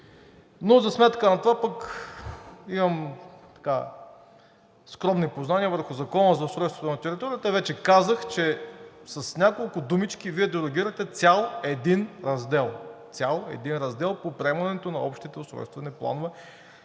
но за сметка на това пък имам скромни познания върху Закона за устройството на територията. Вече казах, че с няколко думички Вие дерогирате цял един раздел по приемането на общите устройствени планове,